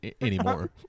anymore